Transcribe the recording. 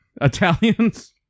Italians